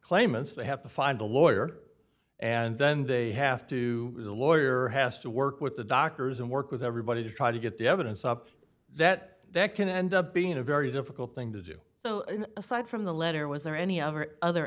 claimants they have to find a lawyer and then they have to the lawyer has to work with the doctors and work with everybody to try to get the evidence up that that can end up being a very difficult thing to do so aside from the letter was there any o